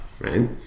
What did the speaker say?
Right